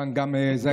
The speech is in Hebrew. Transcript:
כאן זו גם ההזדמנות,